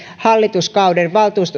hallituskauden